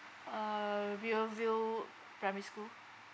uh rivervale primary school